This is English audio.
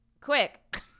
quick